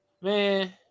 man